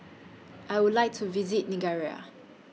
I Would like to visit Nigeria